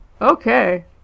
Okay